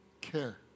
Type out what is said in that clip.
care